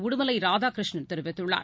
உடுமலை ராதாகிருஷ்ணன் தெரிவித்துள்ளார்